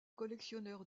collectionneur